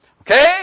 Okay